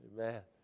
Amen